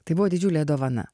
tai buvo didžiulė dovana